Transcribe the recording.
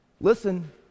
Listen